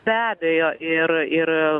be abejo ir ir